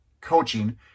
coaching